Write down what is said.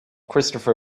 christopher